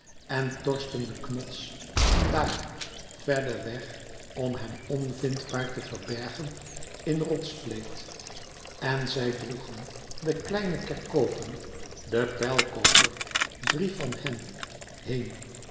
en torsten den knots van daar verder weg om hem onvindbaar te verbergen in rotsspleet en zij droegen de kleine kerkopen den pijlkoker drie van hen heen